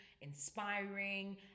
inspiring